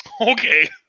Okay